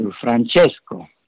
Francesco